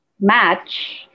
match